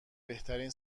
بهترین